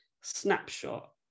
snapshot